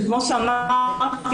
שכפי שאמרתי,